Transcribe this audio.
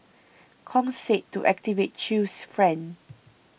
Kong said to activate Chew's friend